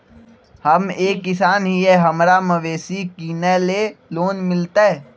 हम एक किसान हिए हमरा मवेसी किनैले लोन मिलतै?